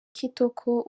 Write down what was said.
kitoko